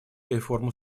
реформу